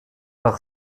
par